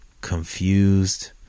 confused